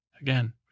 Again